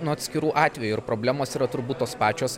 nuo atskirų atvejų ir problemos yra turbūt tos pačios